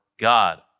God